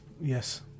Yes